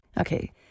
Okay